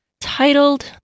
titled